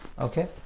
okay